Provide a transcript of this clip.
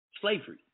Slavery